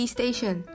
Station